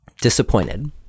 Disappointed